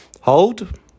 hold